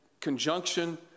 conjunction